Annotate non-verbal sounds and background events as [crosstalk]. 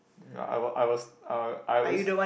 [noise] I was I was I I always [noise]